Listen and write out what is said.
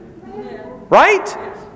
Right